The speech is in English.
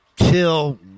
till